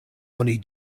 oni